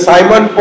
Simon